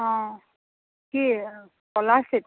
অ' কি স্কলাৰশ্বিপ